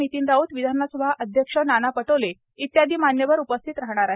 नितीन राऊत विधानसभा अध्यक्ष नाना पटोले आदी मान्यवर उपस्थित राहणार आहेत